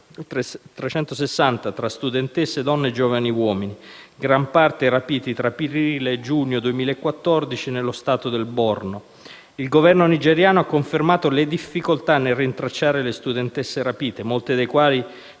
360 tra studentesse, donne e giovani uomini, in gran parte rapiti tra aprile e giugno 2014 nello Stato del Borno. Il Governo nigeriano ha confermato le difficoltà nel rintracciare le studentesse rapite, molte delle quali